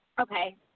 Okay